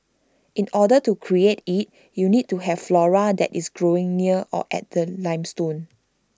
in order to create IT you need to have flora that is growing near or at the limestone